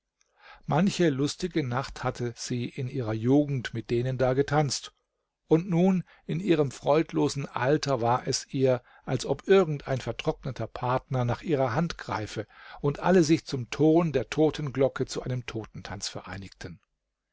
manche lustige nacht hatte sie in ihrer jugend mit denen da getanzt und nun in ihrem freudlosen alter war es ihr als ob irgend ein vertrockneter partner nach ihrer hand greife und alle sich zum ton der totenglocke zu einem totentanz vereinigten